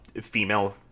female